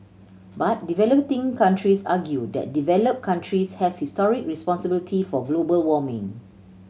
but developing countries argue that developed countries have historic responsibility for global warming